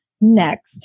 next